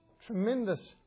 tremendous